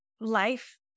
life